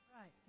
Right